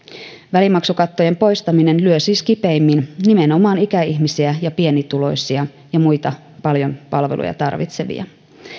välimaksukattojen poistaminen lyö siis kipeimmin nimenomaan ikäihmisiä pienituloisia ja muita paljon palveluja tarvitsevia